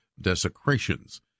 desecrations